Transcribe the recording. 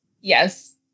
yes